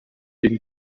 den